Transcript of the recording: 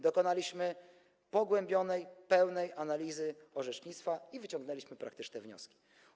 Dokonaliśmy pogłębionej, pełnej analizy orzecznictwa i wyciągnęliśmy praktyczne wnioski.